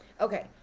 okay